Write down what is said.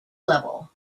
level